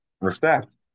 Respect